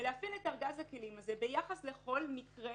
ולהפעיל את ארגז הכלים הזה ביחס לכל מקרה